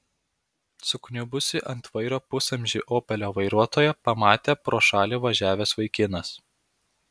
sukniubusį ant vairo pusamžį opelio vairuotoją pamatė pro šalį važiavęs vaikinas